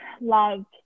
love